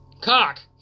Cock